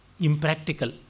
impractical